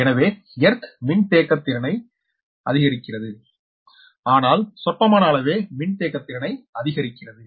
எனவே எர்த் மின்தேக்கத்திறனை அதிறக்கிறது ஆனால் சொற்பமான அளவே மின்தேக்கத்திறனை அதிறக்கிறது